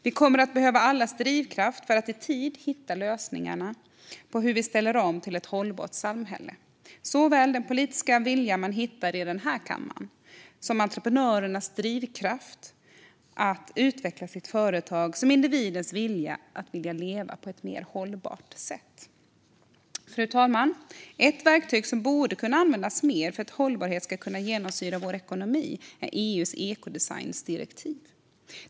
Vi kommer att behöva allas drivkraft för att i tid hitta lösningarna på hur vi ställer om till ett hållbart samhälle. Det gäller såväl den politiska vilja man hittar i den här kammaren som entreprenörens drivkraft att utveckla sitt företag och individens vilja att leva på ett mer hållbart sätt. Fru talman! Ett verktyg som borde kunna användas mer för att hållbarhet ska kunna genomsyra vår ekonomi är EU:s ekodesigndirektiv.